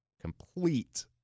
complete